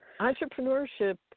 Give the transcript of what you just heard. entrepreneurship